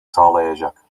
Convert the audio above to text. sağlayacak